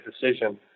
decision